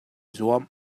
zuam